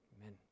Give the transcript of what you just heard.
Amen